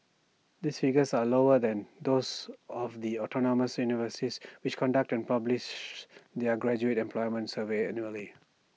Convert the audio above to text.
these figures are lower than those of the autonomous universities which conduct and publish their graduate employment surveys annually